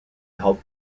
held